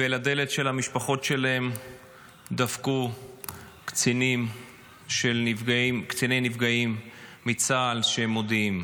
ועל הדלת של המשפחות שלהם דפקו קציני נפגעים מצה"ל שמודיעים.